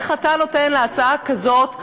איך אתה נותן להצעה כזאת ליפול?